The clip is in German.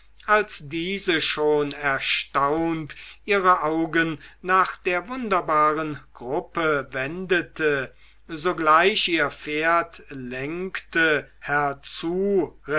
als diese schon erstaunt ihre augen nach der wunderbaren gruppe wendete sogleich ihr pferd lenkte